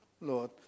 Lord